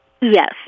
Yes